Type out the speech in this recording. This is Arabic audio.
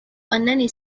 أنني